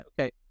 Okay